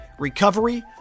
recovery